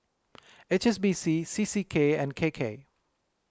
H S B C C C K and K K